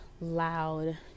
loud